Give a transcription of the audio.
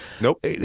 Nope